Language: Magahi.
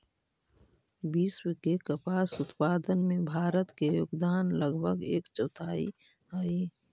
विश्व के कपास उत्पादन में भारत के योगदान लगभग एक चौथाई हइ